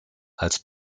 als